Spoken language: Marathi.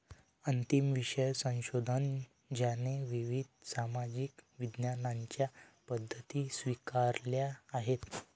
अंतिम विषय संशोधन ज्याने विविध सामाजिक विज्ञानांच्या पद्धती स्वीकारल्या आहेत